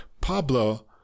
Pablo